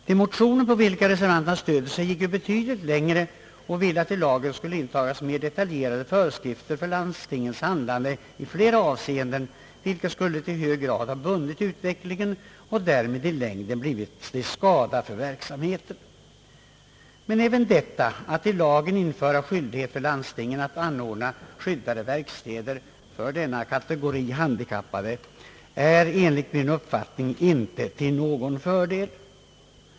De motioner, på vilka reservanterna stöder sig, gick ju betydligt längre och ville att i lagen skulle intagas mer detaljerade föreskrifter för landstingens handlande i flera avseenden, vilket i hög grad skulle ha bundit utvecklingen och därmed i längden blivit till skada för verksamheten. Men inte heller förslaget att i lagen införa skyldighet för landsting att anordna skyddade verkstäder för denna kategori han dikappade är enligt min uppfattning till någon fördel.